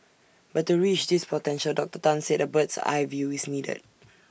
but to reach this potential Doctor Tan said A bird's eye view is needed